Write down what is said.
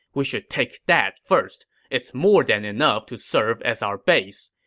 we should take that first it's more than enough to serve as our base.